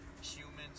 humans